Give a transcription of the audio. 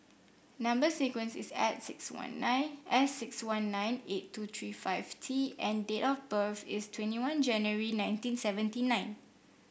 number sequence is S six one nine S six one nine eight two three five T and date of birth is twenty one January nineteen seventy nine